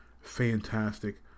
Fantastic